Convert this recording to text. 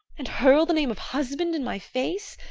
and hurl the name of husband in my face,